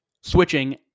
switching